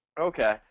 Okay